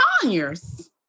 Conyers